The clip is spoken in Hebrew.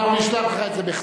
אנחנו נשלח לך את זה בכתב.